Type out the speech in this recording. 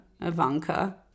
Ivanka